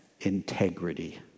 integrity